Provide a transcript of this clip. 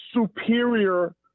superior